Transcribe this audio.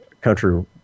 country